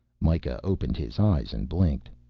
mikah opened his eyes and blinked.